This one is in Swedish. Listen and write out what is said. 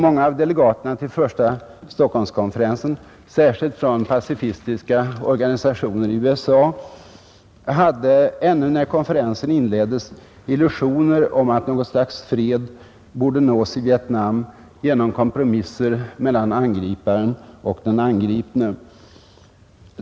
Många av delegaterna vid första Stockholmskonferensen, särskilt från pacifistiska organisationer i USA, hade ännu när konferensen inleddes illusioner om att något slags fred borde nås i Vietnam genom kompromisser mellan angriparen och den angripne.